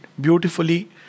beautifully